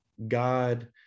god